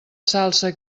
salsa